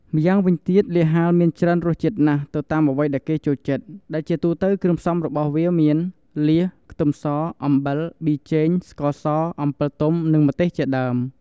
ម្យ៉ាងវិញទៀតលៀសហាលមានច្រើនរសជាតិណាស់ទៅតាមអ្វីដែលគេចូលចិត្ត ដែលជាទូទៅគ្រឿងផ្សំរបស់វាមាន លៀស ខ្ទឹមស អំបិល ប៊ីចេង ស្ករស អំពិលទុំ និងម្ទេសជាដើម។